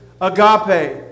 agape